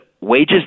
wages